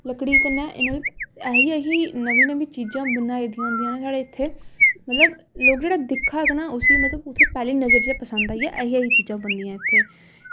लकड़ी कन्नै इ'नें ऐसी ऐसी नमीं नमीं चीजां बनाई दियां होंदियां न साढ़े इत्थै लोक मतलब जेह्ड़ा दिखग ना उस्सी मतलब पैह्ली नज़र च गै पसंद आई जाह्ग ऐसी ऐसी चीजां बनदियां इत्थै